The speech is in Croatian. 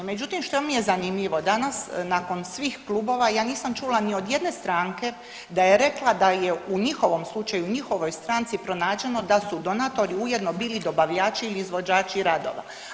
Međutim, što mi je zanimljivo danas nakon svih klubova ja nisam čula ni od jedne stranke da je u njihovom slučaju, njihovoj stranci pronađeno da su donatori ujedno bili dobavljači ili izvođači radova.